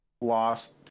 lost